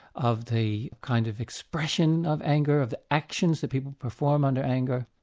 of the kind of expression of anger, of the actions that people perform under anger,